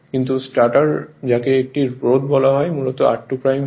কিন্তু স্টাটার যাকে একটি রোধ বলা হয় মূলত r2 হয়